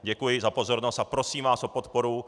Děkuji za pozornost a prosím vás o podporu.